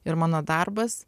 ir mano darbas